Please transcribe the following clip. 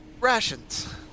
rations